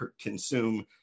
consume